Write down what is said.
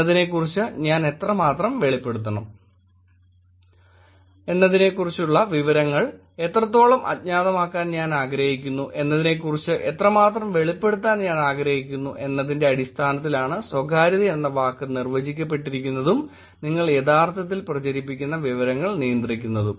എന്നെക്കുറിച്ച് ഞാൻ എത്രമാത്രം വെളിപ്പെടുത്തണം എന്നെക്കുറിച്ചുള്ള വിവരങ്ങൾ എത്രത്തോളം അജ്ഞാതമാക്കാൻ ഞാൻ ആഗ്രഹിക്കുന്നു എന്നെക്കുറിച്ച് എത്രമാത്രം വെളിപ്പെടുത്താൻ ഞാൻ ആഗ്രഹിക്കുന്നു എന്നതിന്റെ അടിസ്ഥാനത്തിലാണ് സ്വകാര്യത എന്ന വാക്ക് നിർവ്വചിക്കപ്പെട്ടിരിക്കുന്നതും നിങ്ങൾ യഥാർത്ഥത്തിൽ പ്രചരിപ്പിക്കുന്ന വിവരങ്ങൾ നിയന്ത്രിക്കുന്നതും